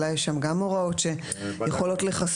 אולי יש שם גם הוראות שיכולות לכסות